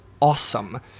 awesome